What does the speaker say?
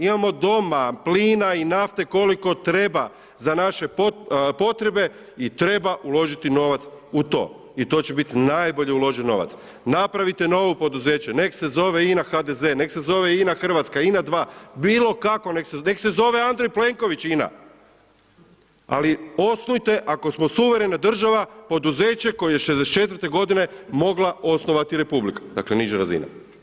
Imamo doma plina i nafte koliko treba, za naše potrebe i treba uložiti novac u to i to će biti najbolje uložen novac, napravite novo poduzeće neka se zove INA HDZ, neka se zove INA Hrvatska, INA 2, bilo kako, neka se zove Andrej Plenković INA ali osnujte ako smo suverena država poduzeće koje je '64 godine mogla osnovati republika, dakle niže razine.